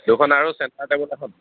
দুখন আৰু centre table এখন